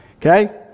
Okay